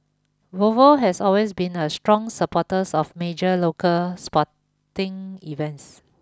Volvo has always been a strong supporters of major local sporting events